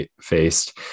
faced